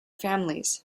families